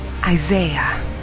Isaiah